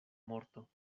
morto